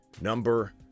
number